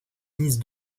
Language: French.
mise